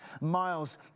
miles